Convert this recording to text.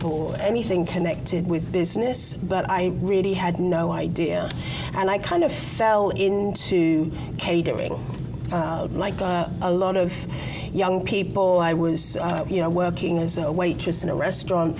or anything connected with business but i really had no idea and i kind of fell into catering like a lot of young people i was you know working as a waitress in a restaurant